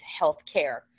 healthcare